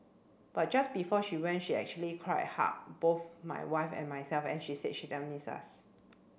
but just before she went she actually cried hugged both my wife and myself and she said she'd miss us